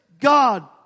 God